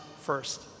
first